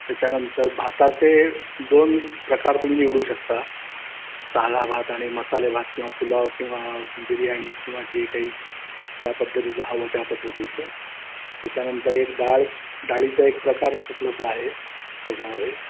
त्याच्यानंतर भाताचे दोन प्रकार तुम्ही निवडू शकता साधा भात आणि मसाले भात किंवा पुलाव किंवा बिर्याणी किंवा जे काही ज्या पद्धतीचं हवं त्या पद्धतीचं त्याच्यानंतर एक डाळ डाळीचा एक प्रकार उपलब्ध आहे त्याच्यामध्ये